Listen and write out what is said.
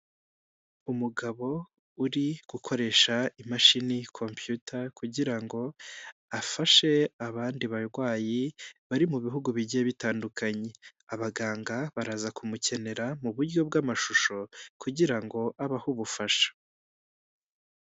Umugabo uri gukoresha imashini compiyuta kugira ngo afashe abandi barwayi bari mu bihugu bigiye bitandukanye abaganga baraza kumukenera muburyo bw'amashusho kugira ngo abahe ubufasha.